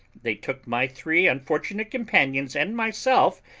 they took my three unfortunate companions and myself,